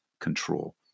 control